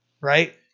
right